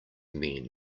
men